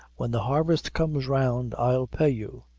when the harvest comes round, i'll pay you.